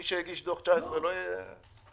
מי שהגיש דוח 19' לא יהיה ---?